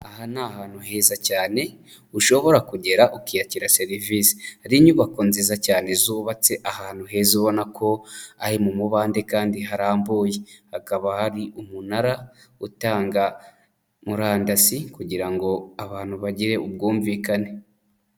Aha ni ahantu heza cyane ushobora kugera ukiyakira serivisi, hari inyubako nziza cyane zubatse ahantu heza ubona ko ari mu mubande kandi harambuye, hakaba hari umunara utanga murandasi kugira ngo abantu bagire ubwumvikane.